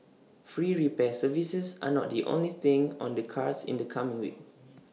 free repair services are not the only thing on the cards in the coming week